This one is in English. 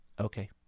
Okay